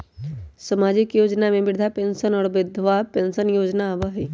सामाजिक योजना में वृद्धा पेंसन और विधवा पेंसन योजना आबह ई?